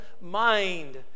mind